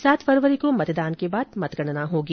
सात फरवरी को मतदान के बाद मतगणना होगी